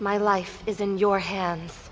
my life is in your hands